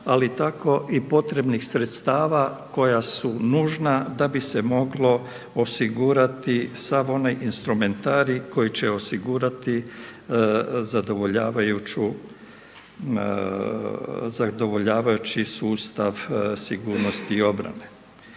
ali tako i potrebnih sredstava koja su nužna da bi se moglo osigurati sav onaj instrumentarij koji će osigurati zadovoljavajući sustav sigurnosti i obrane.